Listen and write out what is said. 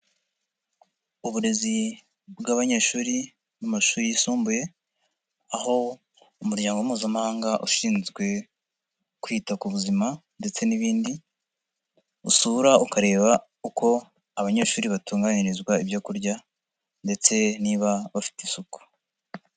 Uburezi bw'abanyeshuri mu mashuri yisumbuye aho umuryango mpuzamahanga ushinzwe kwita ku buzima ndetse n'ibindi usura ukareba uko abanyeshuri batunganyirizwa ibyo kurya ndetse niba bafite isuku.